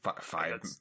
five